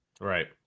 Right